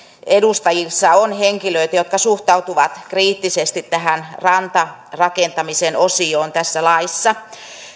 edustajissa on henkilöitä jotka suhtautuvat kriittisesti tähän rantarakentamisen osioon tässä laissa